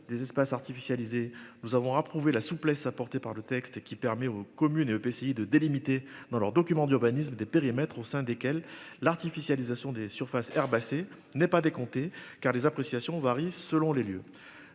des espaces artificialisés. Nous avons approuvé la souplesse apportée par le texte qui permet aux communes et EPCI de délimiter dans leurs documents d'urbanisme des périmètres au sein desquels l'artificialisation des surfaces herbacées n'est pas décompté car les appréciations varient selon les lieux.